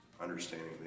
understanding